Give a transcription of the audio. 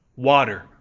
Water